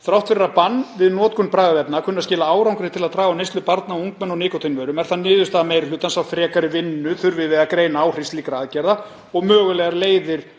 „Þrátt fyrir að bann við notkun bragðefna kunni að skila árangri til að draga úr neyslu barna og ungmenna á níkótínvörum er það niðurstaða meiri hlutans að frekari vinnu þurfi við að greina áhrif slíkra aðgerða og mögulegar leiðir